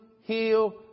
heal